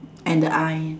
and the eye